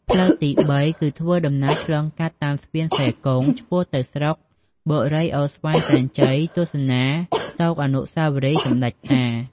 ផ្លូវទី៣ គឺធ្វើដំណើរឆ្លងកាត់តាមស្ពានសេកុងឆ្ពោះទៅស្រុកបុរីអូរស្វាយសែនជ័យទស្សនាស្ដូកអានុស្សាវរីយ៍សម្ដេចតា។